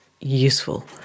useful